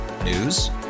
News